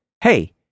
hey